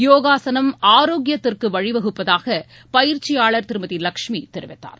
யோகாசனம் ஆரோக்கியத்திற்குவழிவகுப்பதாகபயிற்சியாளர் திருமதிலட்சுமிதெரிவித்தார்